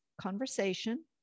conversation